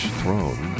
throne